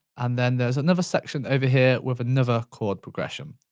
and then there's another section over here with another chord progression.